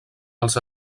als